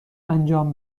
انجام